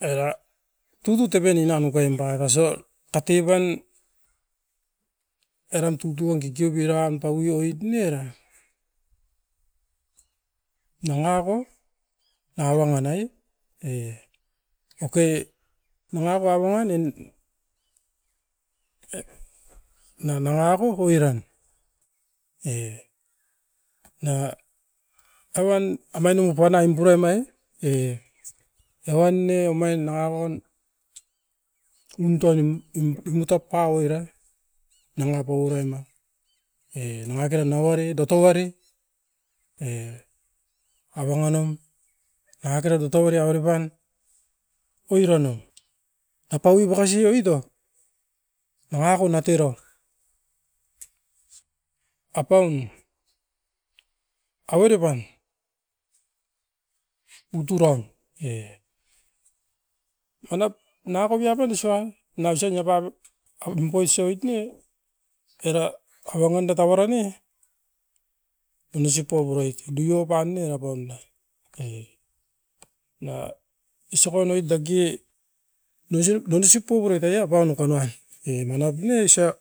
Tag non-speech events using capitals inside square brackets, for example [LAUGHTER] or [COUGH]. Era, tututabeni nanukaim bakaso tatiban eran tutun kikiu biran paui oit ni era. Nangako na wanga nai, e oke nangako akuan in-na nangako koiran e nanga evan emanu puanaim puranoit e. Evan ne omain nanga paun untonim [HESITATION] imutop pau era, nanga paua rema. E nangakera nauari dotouari e awanganum, nangakera tutouari avere pan oiran o. Apaui bakasi rouito merako na tuiro, apaun avere pan uturaun e, manap nanga kopiaton isoai nausin sopapu nimpoisot ne oira awangan detabaran ne tunisi popuroit deu opan ne rapaunda, oke. Na isokonoit dakie donisip poupura doiat poanuku noan. E manap ne isop